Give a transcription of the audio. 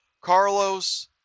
Carlos